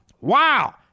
Wow